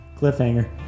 Cliffhanger